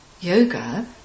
Yoga